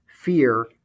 fear